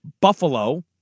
Buffalo